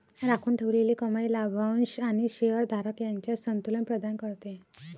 राखून ठेवलेली कमाई लाभांश आणि शेअर धारक यांच्यात संतुलन प्रदान करते